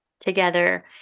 together